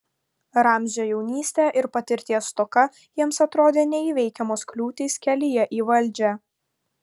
ramzio jaunystė ir patirties stoka jiems atrodė neįveikiamos kliūtys kelyje į valdžią